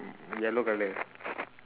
mm yellow colour ah